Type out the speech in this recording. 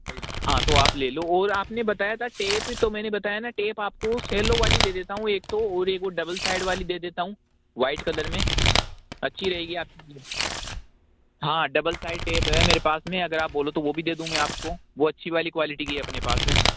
हाँ तो आप ले लो और आपने बताया था टेप तो मैंने बताया ना टेप आपको सेलो वाली दे देता हूँ एक तो और एक वो डबल साइड वाली दे देता हूँ व्हाइट कलर में आप अच्छी रहेगी हाँ साइड टेप है मेरे पास में अगर आप बोलो तो वो भी दे दूँ मैं आपको वो अच्छी वाली क्वालिटी की है अपने पास में